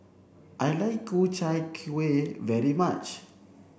I like Ku Chai Kuih very much